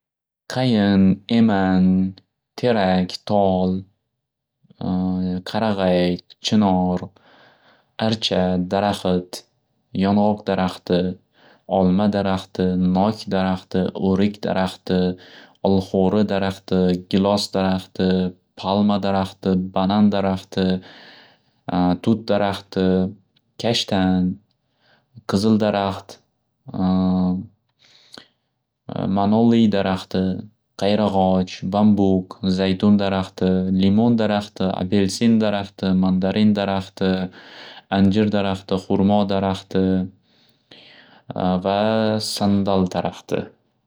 Qayin, eman, terak, tol, qarag'ay, chinor, archa, daraxt, yong'oq daraxti, olma daraxti, nok daraxti, o'rik daraxti, olxo'ri daraxti, gilos daraxti, palma daraxti, banan daraxti, tut daraxti, kashtan, qizil daraxt, manolli darxti, qayrag'och, bambuq, zaytun daraxti, limon daraxti, apelsin daraxti, mandarin daraxti, anjir daraxti, xurmo daraxti va sandal daraxti.